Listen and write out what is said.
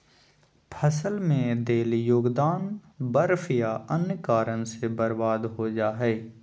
फसल में देल योगदान बर्फ या अन्य कारन से बर्बाद हो जा हइ